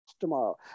tomorrow